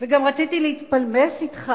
וגם רציתי להתפלמס אתך